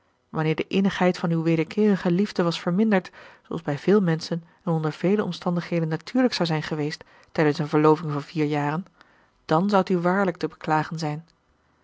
wanneer de innigheid van uw wederkeerige liefde was verminderd zooals bij veel menschen en onder vele omstandigheden natuurlijk zou zijn geweest tijdens een verloving van vier jaren dàn zoudt u waarlijk te beklagen zijn